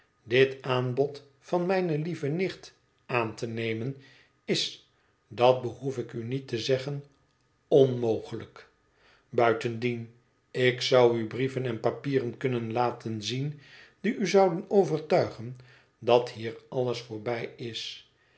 dit aanbod van mijne lieve nicht aan te nemen is dat behoef ik u niet te zeggen onmogelijk buitendien ik zou u brieven en papieren kunnen laten zien die u zouden overtuigen dat hier alles voorbij is